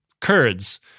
Kurds